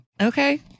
Okay